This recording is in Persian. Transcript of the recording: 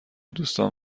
دوستام